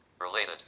related